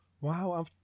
Wow